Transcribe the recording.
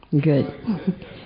Good